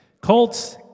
Colts